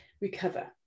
recover